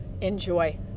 enjoy